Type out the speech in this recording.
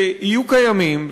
שיהיו קיימים,